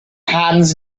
hands